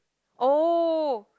oh